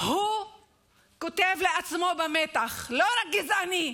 הוא כותב לעצמו במצח לא רק גזעני,